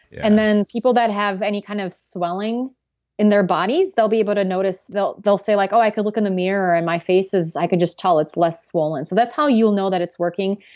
and then people that have any kind of swelling in their bodies, they'll be able to notice. they'll they'll say, like i i can look in the mirror and my face is, i could just tell, it's less swollen. so that's how you'll know that it's working.